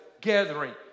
gathering